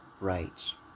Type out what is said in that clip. rights